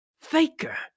Faker